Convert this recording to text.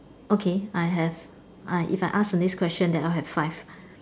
okay I have I if I ask the next question then I'll have five